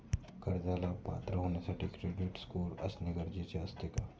कर्जाला पात्र होण्यासाठी क्रेडिट स्कोअर असणे गरजेचे असते का?